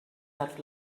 that